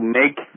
make